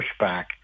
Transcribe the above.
pushback